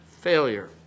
failure